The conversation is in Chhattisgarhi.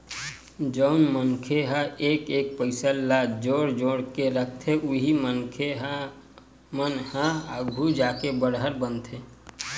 जउन मनखे ह एक एक पइसा ल जोड़ जोड़ के रखथे उही मनखे मन ह आघु जाके बड़हर बनथे